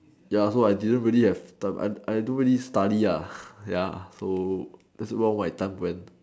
ya so I didn't really have time I I don't really study ah ya so that's where all my time went